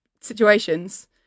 situations